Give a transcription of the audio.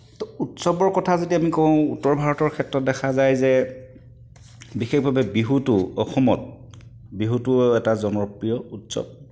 তো উৎসৱৰ কথা যেতিয়া আমি কওঁ উত্তৰ ভাৰতৰ ক্ষেত্ৰত দেখা যায় যে বিশেষভাৱে বিহুটো অসমত বিহুটো এটা জনপ্ৰিয় উৎসৱ